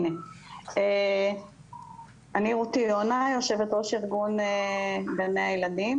אני יושבת ראש ארגון גני הילדים.